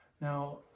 Now